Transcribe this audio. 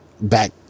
back